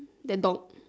then dog